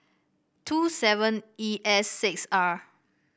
two seven E S six R